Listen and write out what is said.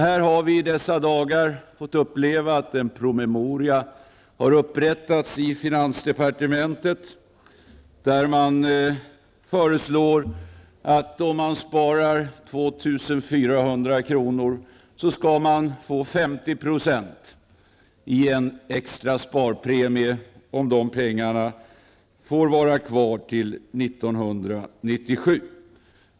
Vi har i dessa dagar fått uppleva att en PM har upprättats i finansdepartementet, i vilken det föreslås att man, om man sparar 2 400 kr. skall få en extra sparpremie på 50 % av det beloppet, om pengarna får vara kvar till 1997.